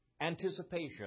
anticipation